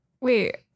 Wait